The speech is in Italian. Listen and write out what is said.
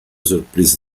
sorpresa